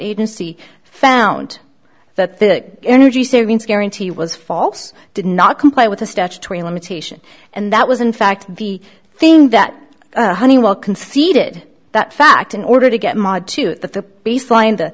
agency found that energy savings guarantee was false did not comply with the statutory limitation and that was in fact the thing that honeywell conceded that fact in order to get to the baseline the